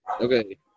Okay